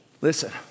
Listen